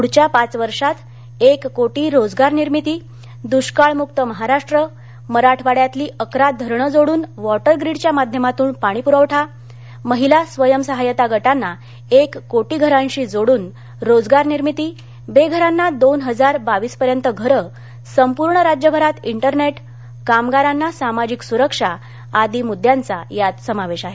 पुढच्या पाच वर्षात एक कोटी रोजगार निर्मिती दुष्काळमुक महाराष्ट्र मराठवाड्यातली अकरा धरण जोडून वॉटरग्रीडच्या माध्यमातून पाणी पुरवठा महिला स्वयसहायता गटांना एक कोटी घरांशी जोडून रोजगार निर्मिती बेघरांना दोन हजार बावीसपर्यंत घरं संपूर्ण राज्यभरात इंटरनेट कामगारांना सामाजिक सुरक्षा आदी मुद्यांचा यात समावेश आहे